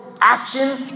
action